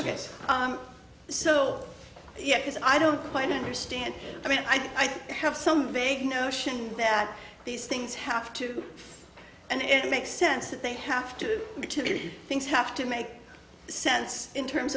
gets so yeah because i don't quite understand i mean i do have some vague notion that these things have to and it makes sense that they have to material things have to make sense in terms